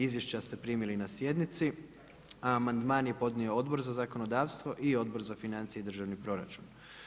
Izvješća ste primili na sjednici, a amandman je podnio Odbor za zakonodavstvo i Odbor za financije i državni proračun.